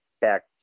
back